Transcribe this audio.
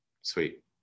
Sweet